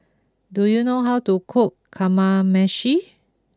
do you know how to cook Kamameshi